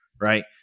right